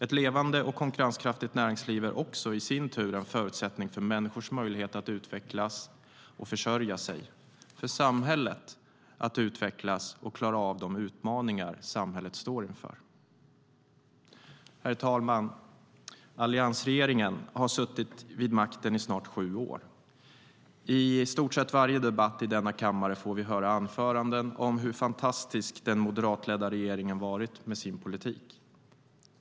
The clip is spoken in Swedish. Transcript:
Ett levande och konkurrenskraftigt näringsliv är i sin tur en förutsättning för människors möjlighet att utvecklas och försörja sig och för samhället att utvecklas och klara av de utmaningar samhället står inför. Herr talman! Alliansregeringen har suttit vid makten i snart sju år. I stort sett i varje debatt i denna kammare får vi höra anföranden om hur fantastisk den moderatledda regeringen varit med sin politik.